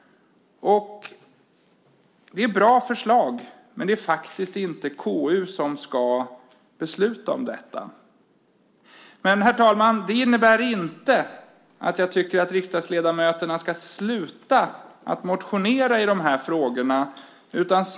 Det är goda förslag, men det är faktiskt inte KU som beslutar om detta. Det, herr talman, innebär dock inte att jag tycker att riksdagsledamöterna ska sluta motionera i dessa frågor.